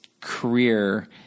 career